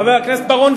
חבר הכנסת בר-און,